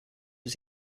was